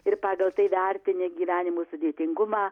ir pagal tai vertini gyvenimo sudėtingumą